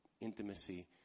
intimacy